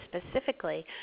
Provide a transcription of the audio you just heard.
specifically